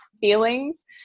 feelings